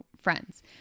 friends